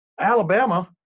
Alabama